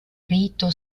rito